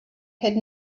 had